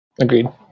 Agreed